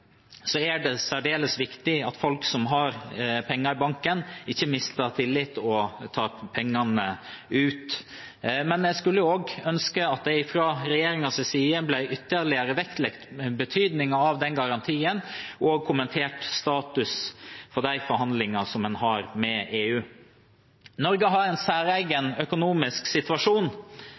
har penger i banken, ikke mister tilliten og tar ut pengene. Men jeg skulle også ønske at fra regjeringens side ble betydningen av den garantien ytterligere vektlagt, og status for de forhandlingene man har med EU kommentert. Norge har en særegen økonomisk situasjon.